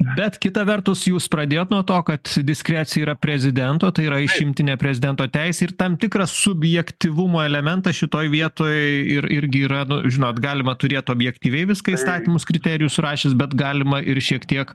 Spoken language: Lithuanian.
bet kita vertus jūs pradėjot nuo to kad diskrecija yra prezidento tai yra išimtinė prezidento teisė ir tam tikras subjektyvumo elementas šitoj vietoj ir irgi yra nu žinot galima turėt objektyviai viską įstatymus kriterijus surašius bet galima ir šiek tiek